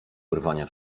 urwania